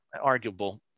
arguable